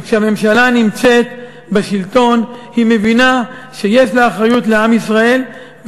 וכשהממשלה נמצאת בשלטון היא מבינה שיש לה אחריות לעם ישראל,